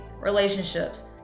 relationships